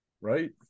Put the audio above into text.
Right